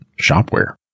shopware